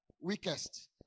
weakest